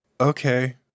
Okay